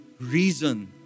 reason